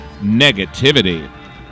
Negativity